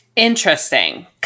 Interesting